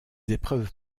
épreuves